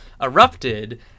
erupted